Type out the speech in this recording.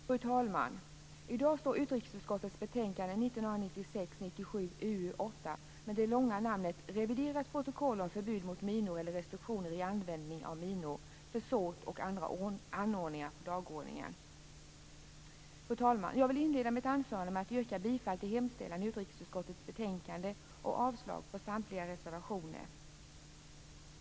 Fru talman! I dag står utrikesutskottets betänkande Fru talman! Jag vill inleda mitt anförande med att yrka bifall till hemställan i utrikesutskottets betänkande och avslag på samtliga reservationer.